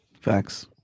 Facts